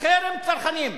חרם צרכנים.